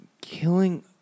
Killing